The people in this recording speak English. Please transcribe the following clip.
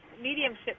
mediumship